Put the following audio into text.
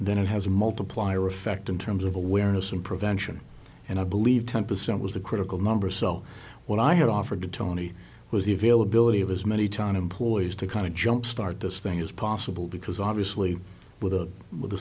it then it has a multiplier effect in terms of awareness and prevention and i believe ten percent was the critical number so what i had offered to tony was the availability of as many town employees to kind of jumpstart this thing as possible because obviously with the with